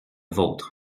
vôtre